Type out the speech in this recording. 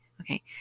Okay